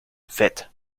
fett